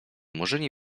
murzyni